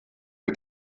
für